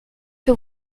que